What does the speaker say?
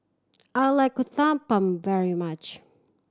I like Uthapam very much